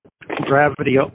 gravity